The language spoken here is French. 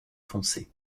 foncé